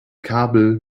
kabel